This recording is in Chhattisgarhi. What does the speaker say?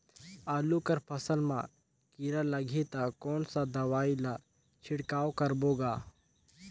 आलू कर फसल मा कीरा लगही ता कौन सा दवाई ला छिड़काव करबो गा?